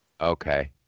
okay